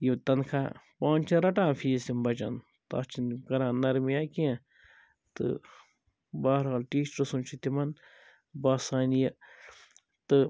یہِ تَنخواہ پانہٕ چھِ رَٹان فیٖس یِم بَچَن تتھ چھِنہٕ کران نَرمِیہ کیٚنٛہہ تہٕ بہرحال ٹیٖچرٕ سُنٛد چھُ تِمَن باسان یہِ تہٕ